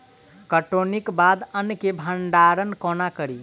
कटौनीक बाद अन्न केँ भंडारण कोना करी?